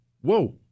whoa